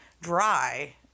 dry